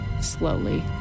slowly